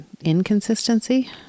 inconsistency